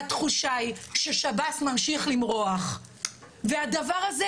התחושה היא ששב”ס ממשיך למרוח והדבר הזה,